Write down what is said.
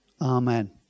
Amen